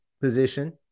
position